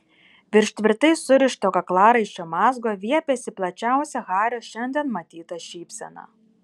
virš tvirtai surišto kaklaraiščio mazgo viepėsi plačiausia hario šiandien matyta šypsena